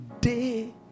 day